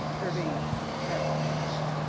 urbane f. bass.